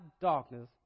darkness